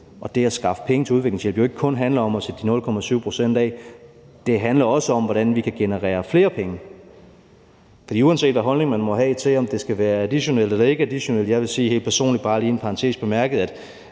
og det at skaffe penge til udviklingshjælp ikke kun handler om at sætte de 0,7 pct. af, men at det også handler om, hvordan vi kan generere flere penge. Uanset hvad for en holdning man måtte have til, om klimabistanden skal være additionel eller ikke additionel, vil jeg bare lige helt personligt i en parentes bemærke,